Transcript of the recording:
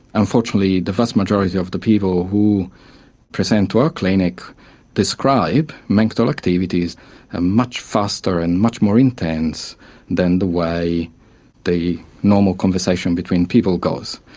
unfortunately the vast majority of the people who present to our clinic describe mental activities as ah much faster and much more intense than the way the normal conversation between people goes.